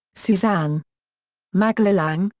suzanne maglalang,